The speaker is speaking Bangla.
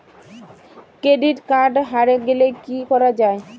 ক্রেডিট কার্ড হারে গেলে কি করা য়ায়?